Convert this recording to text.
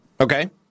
Okay